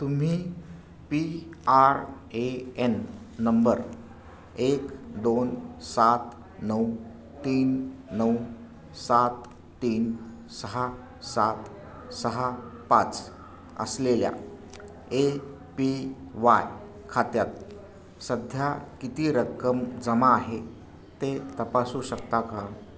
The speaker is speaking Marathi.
तुम्ही पी आर ए एन नंबर एक दोन सात नऊ तीन नऊ सात तीन सहा सात सहा पाच असलेल्या ए पी वाय खात्यात सध्या किती रक्कम जमा आहे ते तपासू शकता का